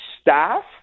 staff